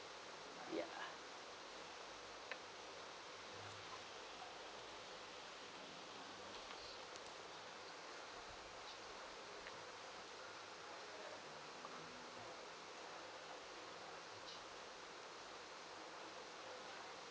ya